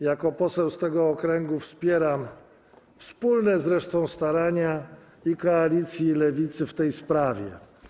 Jako poseł z tego okręgu wspieram wspólne starania Koalicji i Lewicy w tej sprawie.